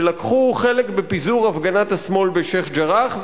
שלקחו חלק בפיזור הפגנת השמאל בשיח'-ג'ראח.